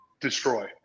destroy